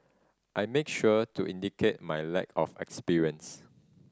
I make sure to indicate my lack of experience